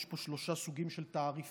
יש פה שלושה סוגים של תעריפים,